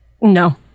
no